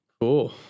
Cool